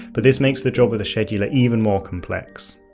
but this makes the job of the scheduler even more complex.